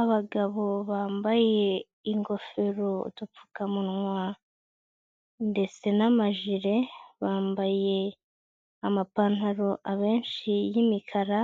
Abagabo bambaye ingofero, udupfukamunwa ndetse n'amajile, bambaye amapantaro abenshi y'imikara,